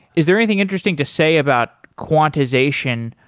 is there anything interesting to say about quantization?